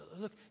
look